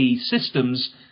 Systems